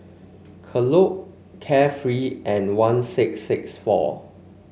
Kellogg Carefree and one six six four